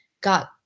got